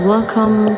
Welcome